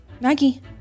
Maggie